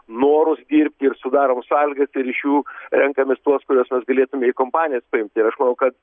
norus dirbti ir sudarom sąlygas ir iš jų renkamės tuos kuriuos mes galėtume į kompanijas paimti ir aš manau kad